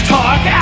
Talk